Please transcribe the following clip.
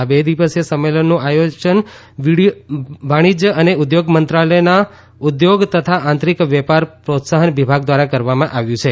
આ બે દિવસીય સંમેલનનું આયોજન વાણિશ્ર્ય અને ઉદ્યોગ મંત્રાલયનાં ઉદ્યોગ તથા આંતરીક વેપાર પ્રોત્સાહન વિભાગ દ્વારા કરવામાં આવ્યું છે